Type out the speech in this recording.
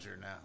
now